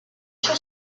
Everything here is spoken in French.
sur